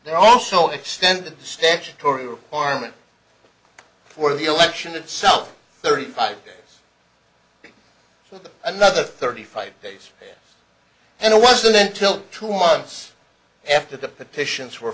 there also extended the statutory requirement for the election itself thirty five days another thirty five days and it wasn't until two months after the petitions were